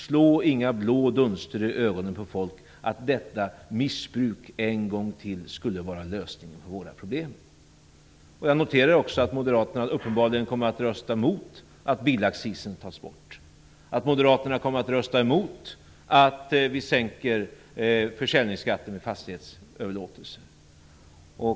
Slå inga blå duster i ögonen på folk om att detta missbruk ytterligare en gång skulle vara lösningen på våra problem. Jag noterar också att moderaterna uppenbarligen kommer att rösta emot att bilaccisen tas bort och att försäljningsskatten vid fastighetsöverlåtelse sänks.